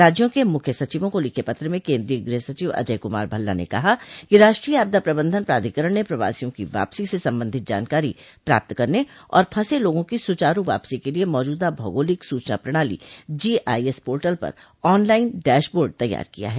राज्यों के मुख्य सचिवों को लिखे पत्र में कोन्द्रीय गृह सचिव अजय कुमार भल्ला ने कहा कि राष्ट्रीय आपदा प्रबंधन प्राधिकरण ने प्रवासियों की वापसी से संबंधित जानकारी प्राप्त करने और फंसे लोगों की सुचारू वापसी के लिये मौजूदा भौगोलिक सूचना प्रणाली जीआईएस पोर्टल पर ऑनलाइन डैशबोर्ड तैयार किया है